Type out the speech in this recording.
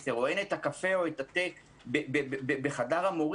עשר או אין את הקפה ואת התה בחדר המורים,